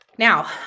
Now